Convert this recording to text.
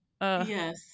Yes